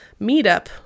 meetup